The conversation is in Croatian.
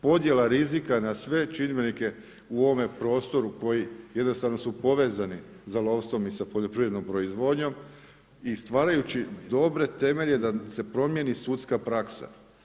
Podjela rizika na sve čimbenike u ovome prostoru koji jednostavno su povezani sa lovstvom i poljoprivrednom proizvodnjom i stvarajući dobre temelje da se promijeni sudska praksa.